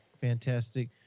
fantastic